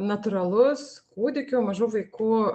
natūralus kūdikių mažų vaikų